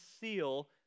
seal